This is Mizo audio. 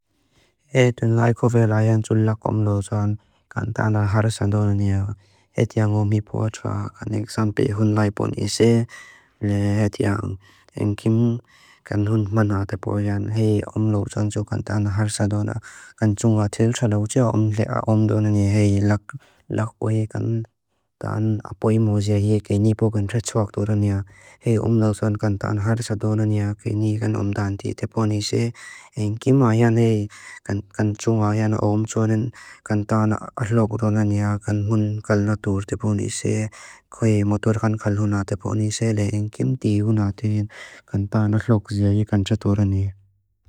Aedun laikóvela ayan tsul lak omlótsan kan táná harsadónaniya. Aed yáng omhipuatua kan iksámpi hún laipon isé le aed yáng. Aen kím kan hún maná tepo ayan hei omlótsan tsú kan táná harsadóna kan tsúngá tíltsa lautsá omdónaniye hei lakó hei kan tán ápó imózea hei kei nipókan tretsuak duróniya. Hei omlótsan kan táná harsadónaniya kei níkan omdántí tepo anísé. Aen kím ayan hei kan tsúngá ayan omtsúnin kan táná axlógrónaniya kan hún kalnatúr tepo anísé. Kei motúrkan kalhúná tepo anísé le aen kím tí húná tílkan táná axlógróziá ikan txatóraniye.